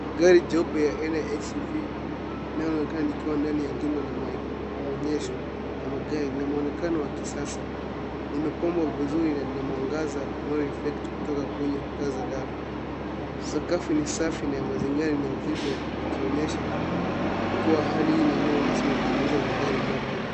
Gari jipya la SUV linaonekana likiwa ndani ya jumba lenye maonyesho ya magari na mwonekano wa kisasa. Limepambwa vizuri na limeangaziwa mwanga maalum unaotoka kwenye taa za dari. Sakafu ni safi na ya kuvutia, na mazingira yanaonyesha kuwa hali ni ya rasmi kwa ajili ya kuonyesha magari mapya.